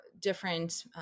different